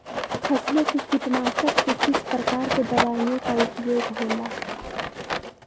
फसलों के कीटनाशक के किस प्रकार के दवाइयों का उपयोग हो ला?